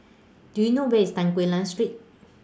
Do YOU know Where IS Tan Quee Lan Street